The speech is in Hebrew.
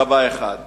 כבאי אחד.